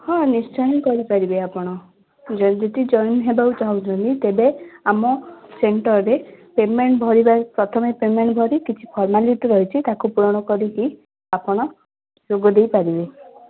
ହଁ ନିଶ୍ଚୟ କରିପାରିବେ ଆପଣ ଜଏନ ହେବାକୁ ଚାଁହୁଛନ୍ତି ତେବେ ଆମ ସେଣ୍ଟରରେ ପେମେଣ୍ଟ ଭରିବା ପ୍ରଥମେ ପେମେଣ୍ଟ ଭରି କିଛି ଫର୍ମାଲିଟି ରହିଛି ତାକୁ ପୁରଣ କରିକି ଆପଣ ଯୋଗ ଦେଇ ପାରିବେ